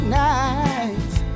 nights